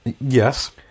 Yes